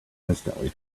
instantly